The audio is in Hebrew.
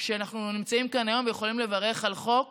אנחנו נמצאים כאן היום ויכולים לברך על חוק